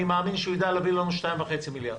אני מאמין שהוא ידע לתת לנו 2.5 מיליארד.